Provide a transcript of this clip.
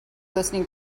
listening